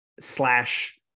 slash